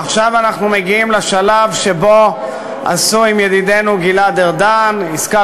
עכשיו אנחנו מגיעים לשלב שבו עשו עם ידידנו גלעד ארדן עסקת